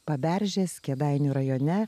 paberžės kėdainių rajone